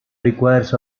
requires